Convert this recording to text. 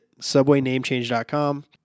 subwaynamechange.com